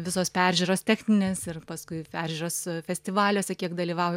visos peržiūros techninės ir paskui peržiūros festivaliuose kiek dalyvauju